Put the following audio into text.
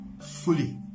fully